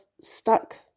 stuck